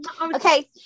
Okay